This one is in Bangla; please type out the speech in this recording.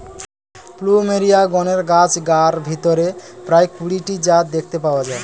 প্লুমেরিয়া গণের গাছগার ভিতরে প্রায় কুড়ি টি জাত দেখতে পাওয়া যায়